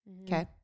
Okay